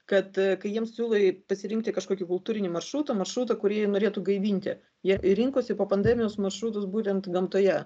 kad kai jiems siūlai pasirinkti kažkokį kultūrinį maršrutą maršrutą kurį norėtų gaivinti jie rinkosi po pandemijos maršrutus būtent gamtoje